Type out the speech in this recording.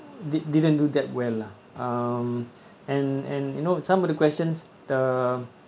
did didn't do that well lah um and and you know some of the questions the